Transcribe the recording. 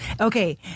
Okay